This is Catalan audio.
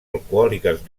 alcohòliques